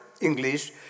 English